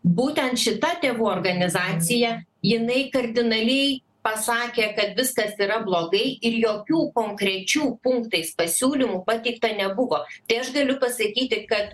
būtent šita tėvų organizacija jinai kardinaliai pasakė kad viskas yra blogai ir jokių konkrečių punktais pasiūlymų pateikta nebuvo tai aš galiu pasakyti kad